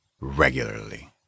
regularly